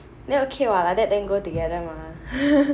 then okay what then like that then go together mah